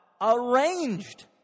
arranged